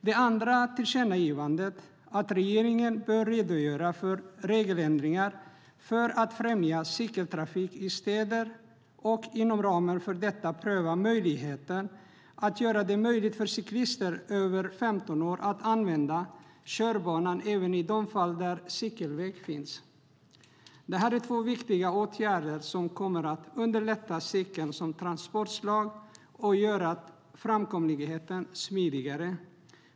Det andra tillkännagivandet innebär att regeringen bör redogöra för regeländringar för att främja cykeltrafik i städer och inom ramen för detta pröva möjligheten för cyklister över 15 år att använda körbanan även i de fall där cykelväg finns. Det här är två viktiga åtgärder som kommer att underlätta cykeln som transportslag och göra framkomligheten smidigare.